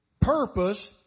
Purpose